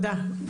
תודה.